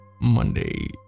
Monday